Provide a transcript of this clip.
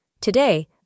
Today